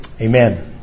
Amen